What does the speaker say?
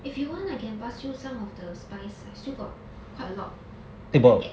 if you want I can pass you some of the spice I still got quite a lot the packet